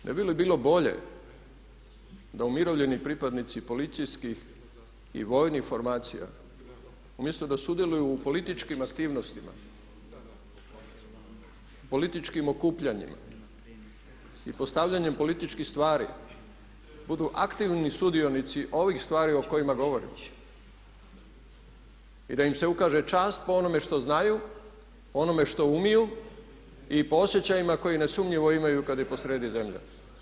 Ne bi li bilo bolje da umirovljeni pripadnici policijskih i vojnih formacija umjesto da sudjeluju u političkim aktivnostima, političkim okupljanjima i postavljanjem političkih stvari budu aktivni sudionici ovih stvari o kojima govorimo i da im se ukaže čast po onome što znaju, po onome što umiju i po osjećajima koje nesumnjivo imaju kada je posrijedi zemlja.